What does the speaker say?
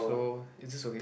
so is this okay